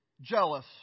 jealous